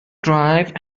drive